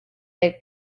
del